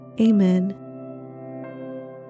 Amen